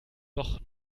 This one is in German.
doch